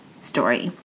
story